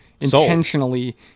intentionally